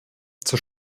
zur